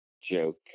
joke